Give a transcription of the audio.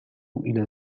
إلى